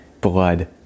Blood